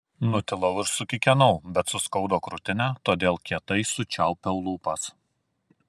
nutilau ir sukikenau bet suskaudo krūtinę todėl kietai sučiaupiau lūpas